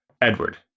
Edward